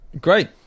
great